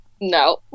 No